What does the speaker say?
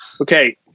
okay